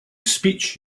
speech